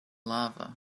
lava